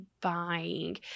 buying